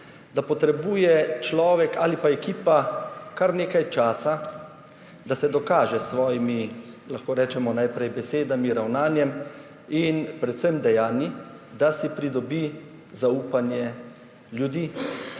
da potrebuje človek ali pa ekipa kar nekaj časa, da se dokaže s svojimi, lahko rečemo, najprej besedami, ravnanjem in predvsem dejanji, da si pridobi zaupanje ljudi,